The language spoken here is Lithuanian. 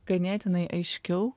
ganėtinai aiškiau